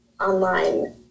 online